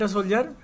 Soldier